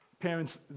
Parents